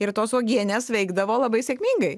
ir tos uogienės veikdavo labai sėkmingai